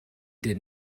did